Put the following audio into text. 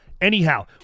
Anyhow